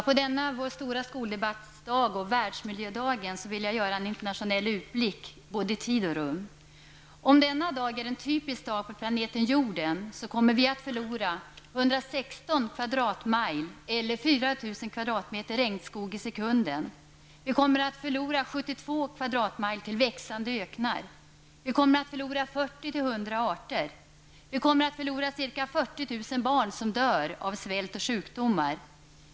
På denna vår stora skoldebattdag -- världsmiljödagen -- vill jag göra en internationell utblick i tid och rum. Om denna dag är en typisk dag på planeten Jorden så kommer vi att förlora 116 Vi kommer att förlora 72 kvadratmile till växande öknar. Vi kommer att förlora mellan 40 och 100 arter. Vi kommer att förlora ca 40 000 barn som dör av svält och sjukdomar.